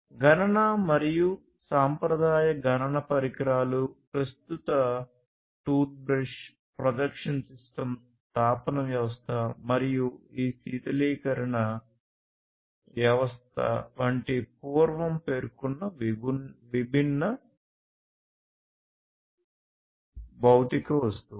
గణన మరియు సాంప్రదాయ గణన పరికరాలు ప్రస్తుత టూత్ బ్రష్ ప్రొజెక్షన్ సిస్టమ్ తాపన వ్యవస్థ మరియు ఈ శీతలీకరణ వ్యవస్థ వంటి పూర్వం పేర్కొన్న విభిన్న భౌతిక వస్తువులు